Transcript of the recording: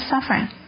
suffering